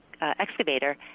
excavator